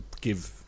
give